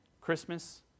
Christmas